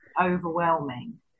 overwhelming